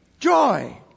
Joy